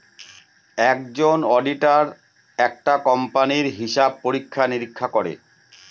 একজন অডিটার একটা কোম্পানির হিসাব পরীক্ষা নিরীক্ষা করে